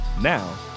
Now